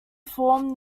form